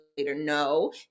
No